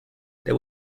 there